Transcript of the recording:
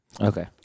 Okay